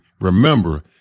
Remember